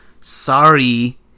Sorry